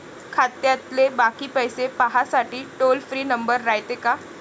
खात्यातले बाकी पैसे पाहासाठी टोल फ्री नंबर रायते का?